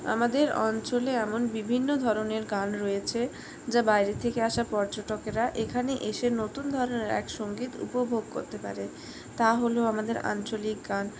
আমাদের অঞ্চলে এমন বিভিন্ন ধরণের গান রয়েছে যে বাইরে থেকে আসা পর্যটকেরা এখানে এসে নতুন ধরণের এক সংগীত উপভোগ করতে পারে তা হল আমাদের আঞ্চলিক গান